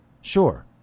sure